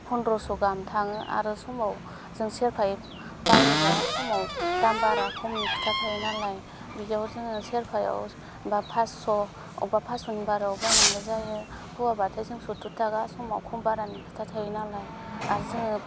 फन्द्रस' गाहाम थाङो आरो समाव जों सेरफायै बायोबा समाव दाम बारा खमनि खोथा थायो नालाय बेयाव जोङो सेरफायाव बा फासस' बबेबा फासस'नि बारायाव बायनांगौ जायो पुवाबाथाय जों सुथुरथाखा समाव खम बारानि खोथा थायो नालाय आरो जोङो